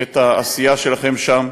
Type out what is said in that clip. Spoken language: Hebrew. את העשייה שלכם שם: